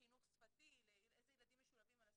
לחינוך שפתי, איזה ילדים משולבים על הספקטרום.